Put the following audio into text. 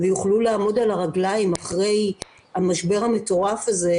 ויוכלו לעמוד על הרגליים אחרי המשבר המטורף הזה,